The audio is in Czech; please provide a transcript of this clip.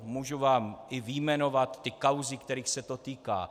Mohu vám i vyjmenovat ty kauzy, kterých se to týká.